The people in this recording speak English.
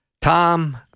Tom